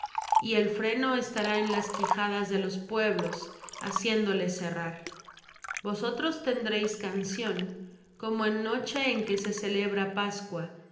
y el freno estará en las quijadas de los pueblos haciéndo les errar vosotros tendréis canción como en noche en que se celebra pascua